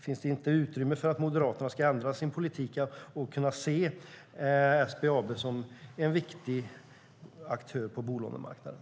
Finns det inte utrymme för att Moderaterna ska ändra sin politik och kunna se SBAB som en viktig aktör på bolånemarknaden?